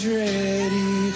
ready